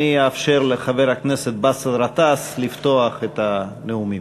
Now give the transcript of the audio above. אני אאפשר לחבר הכנסת באסל גטאס לפתוח את הנאומים.